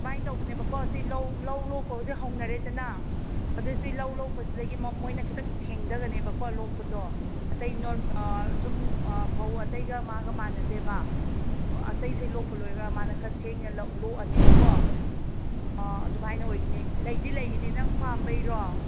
ꯁꯨꯃꯥꯏꯅ ꯇꯧꯕꯅꯦꯀꯣ ꯁꯤ ꯂꯧ ꯂꯧ ꯂꯣꯛꯄ ꯍꯧꯖꯤꯛ ꯍꯧꯅꯔꯦꯗꯅ ꯑꯗꯨ ꯁꯤ ꯂꯧ ꯂꯣꯛꯄꯁꯤꯗꯒꯤ ꯃꯣꯏꯅ ꯈꯤꯇꯪ ꯊꯦꯡꯊꯒꯅꯦꯕꯀꯣ ꯂꯣꯛꯄꯗꯣ ꯑꯇꯩ ꯅꯣꯔ ꯁꯨꯝ ꯐꯧ ꯑꯇꯩꯒ ꯃꯥꯒ ꯃꯥꯅꯗꯦꯕ ꯑꯇꯩꯁꯦ ꯂꯣꯛꯄ ꯂꯣꯏꯔꯒ ꯃꯥꯅ ꯈꯔ ꯊꯦꯡꯅ ꯂꯧ ꯂꯣꯛꯑꯅꯦꯕꯀꯣ ꯑꯥ ꯑꯗꯨꯃꯥꯏꯅ ꯑꯣꯏꯗꯣꯏꯅꯤ ꯂꯩꯗꯤ ꯂꯩꯒꯅꯤ ꯅꯪ ꯄꯥꯝꯕꯩꯔꯣ